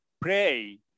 pray